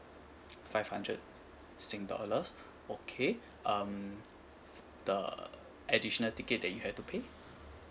five hundred sing dollars okay um the additional ticket that you had to pay